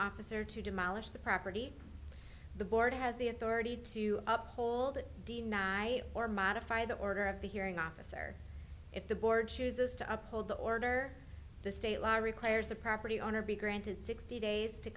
officer to demolish the property the board has the authority to up hold deny or modify the order of the hearing officer if the board chooses to uphold the order the state law requires the property owner be granted sixty days to